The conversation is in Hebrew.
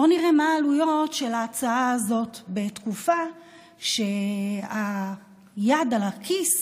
בואו נראה מה העלויות של ההצעה הזאת בתקופה שהיד על הכיס,